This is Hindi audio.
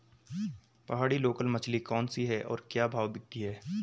पहाड़ी लोकल मछली कौन सी है और क्या भाव बिकती है?